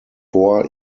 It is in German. vor